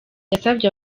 yasavye